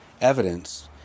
evidence